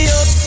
up